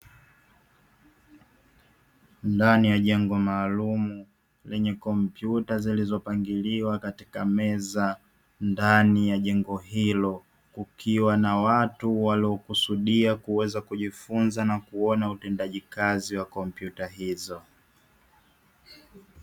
Ndani ya jengo maalum lenye kompyuta zilizopangiliwa katika meza ndani ya jengo hilo, kukiwa na watu waliokusudia kujifunza na kuona utendaji kazi wa kompyuta hizo.